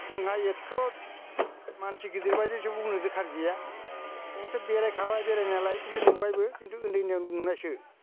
जोंहा एदथ' मानसि गिदिरबायदि जेबो बुंनो दोरखार गैया जों बेखौ बेरायखाबाय बेरायनायालाय नुबायबो खिन्थु जों उन्दै उन्दैआव नुनायसो